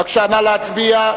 בבקשה, נא להצביע.